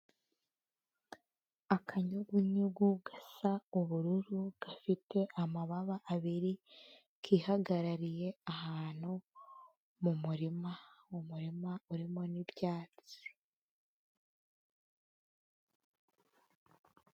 Akanyugunyugu gasa ubururu, gafite amababa abiri, kihagarariye ahantu mu murima, umurima urimo n'ibyatsi.